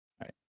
right